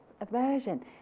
aversion